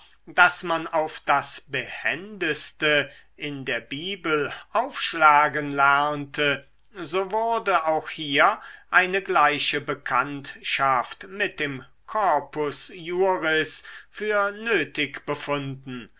daß man auf das behendeste in der bibel aufschlagen lernte so wurde auch hier eine gleiche bekanntschaft mit dem corpus juris für nötig befunden